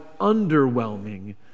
underwhelming